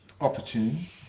opportunity